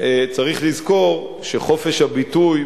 צריך לזכור שחופש הביטוי,